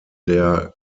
der